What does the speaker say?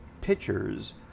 pictures